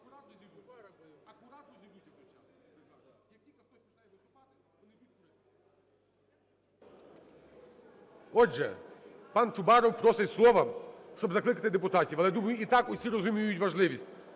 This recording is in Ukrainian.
Отже, пан Чубаров просить слова, щоб закликати депутатів, але, думаю, і так всі розуміють важливість.